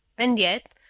and yet,